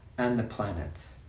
and the planet.